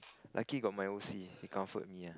lucky got my O_C he comfort me ah